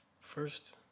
first